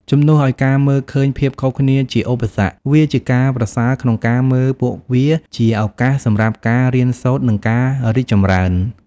ជំនួសឱ្យការមើលឃើញភាពខុសគ្នាជាឧបសគ្គ វាជាការប្រសើរក្នុងការមើលពួកវាជាឱកាសសម្រាប់ការរៀនសូត្រ និងការរីកចម្រើន។